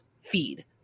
feed